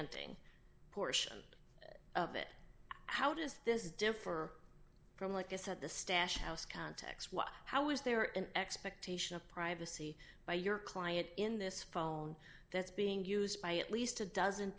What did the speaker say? anting portion of it how does this differ from like this at the stash house context how is there an expectation of privacy by your client in this phone that's being used by at least a dozen